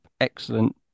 excellent